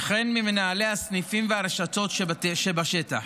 וכן ממנהלי הסניפים והרשתות שבשטח.